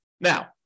Now